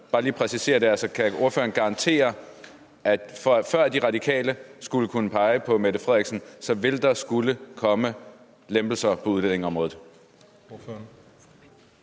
bare lige præcisere det? Altså, kan ordføreren garantere, at før De Radikale skulle kunne pege på Mette Frederiksen, ville der skulle komme lempelser på udlændingeområdet?